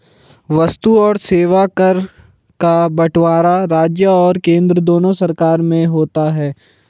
वस्तु और सेवा कर का बंटवारा राज्य और केंद्र दोनों सरकार में होता है